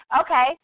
Okay